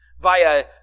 via